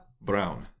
Brown